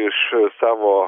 iš savo